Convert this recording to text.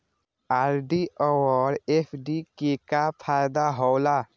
RD और FD के का फायदा हौला?